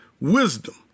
wisdom